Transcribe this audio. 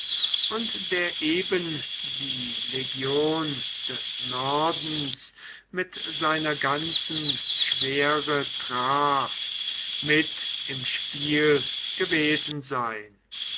und der eben die legion des nordens mit seiner ganzen schwere traf mit im spiel gewesen sein